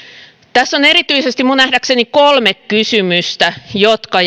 tässä on minun nähdäkseni erityisesti kolme kysymystä jotka